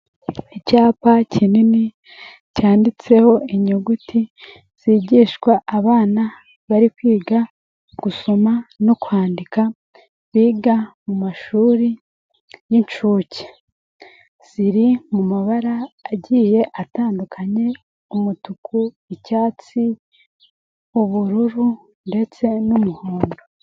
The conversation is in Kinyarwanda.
Icyapa kinini, cyanditseho inyuguti, zigishwa abana bari kwiga gusoma no kwandika, biga mu mashuri y'incuke. Ziri mu mabara agiye atandukanye, umutuku, icyatsi, ubururu ndetse n'umuhondo.